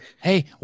Hey